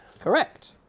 Correct